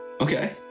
okay